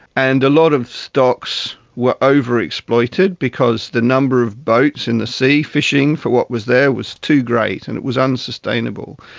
and a lot of stocks were overexploited because the number of boats in the sea fishing for what was there was too great and it was unsustainable.